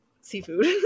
seafood